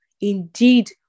indeed